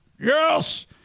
Yes